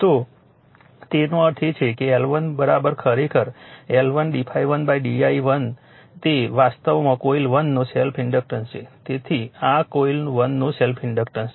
તો તેનો અર્થ એ છે કે L1 ખરેખર L1 d∅1 di1 તે વાસ્તવમાં કોઇલ 1 નું સેલ્ફ ઇન્ડક્ટન્સ છે આ કોઇલ 1 નું સેલ્ફ ઇન્ડક્ટન્સ છે